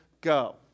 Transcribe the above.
go